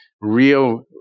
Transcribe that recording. real